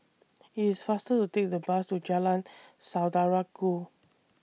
IT IS faster to Take The Bus to Jalan Saudara Ku